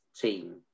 team